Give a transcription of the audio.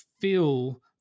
feel